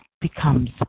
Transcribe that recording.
becomes